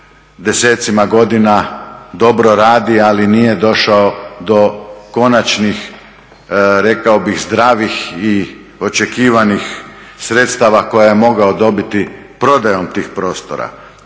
desecima godina dobro radi ali nije došao do konačnih rekao bih zdravih i očekivanih sredstava koja je mogao dobiti prodajom tih prostora.